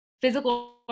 physical